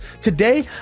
Today